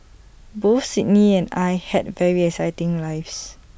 both Sydney and I had very exciting lives